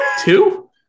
Two